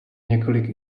několik